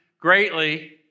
greatly